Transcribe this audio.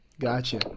Gotcha